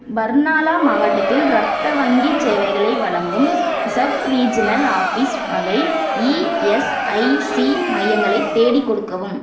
பர்னாலா மாவட்டத்தில் இரத்த வங்கி சேவைகளை வழங்கும் சப்ரீஜினல் ஆஃபீஸ் வகை இஎஸ்ஐசி மையங்களை தேடிக் கொடுக்கவும்